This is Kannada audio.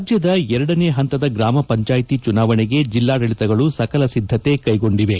ರಾಜ್ಯದ ಎರಡನೇ ಹಂತದ ಗ್ರಾಮ ಪಂಚಾಯಿತಿ ಚುನಾವಣೆಗೆ ಜಿಲ್ಲಾಡಳಿತಗಳು ಸಕಲ ಸಿದ್ದಕೆ ಕೈಗೊಂಡಿವೆ